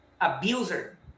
abuser